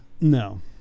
no